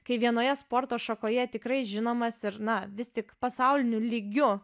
kai vienoje sporto šakoje tikrai žinomas ir na vis tik pasauliniu lygiu